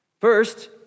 First